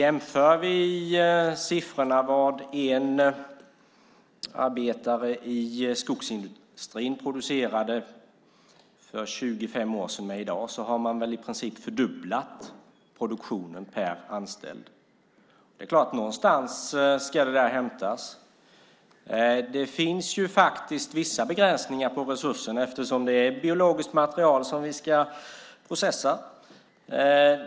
Om vi jämför vad en arbetare i skogsindustrin producerade för 25 år sedan med vad han producerar i dag ser vi att produktionen per anställd i princip fördubblats. Det är klart att det ska hämtas någonstans, och eftersom det är biologiskt material som processas finns det vissa begränsningar i resursen.